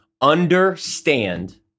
Understand